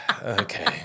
Okay